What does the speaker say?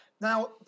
Now